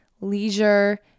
leisure